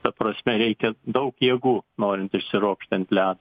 ta prasme reikia daug jėgų norint išsiropšti ant le